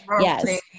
yes